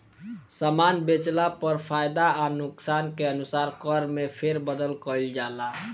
सामान बेचला पर फायदा आ नुकसान के अनुसार कर में फेरबदल कईल जाला